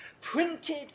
printed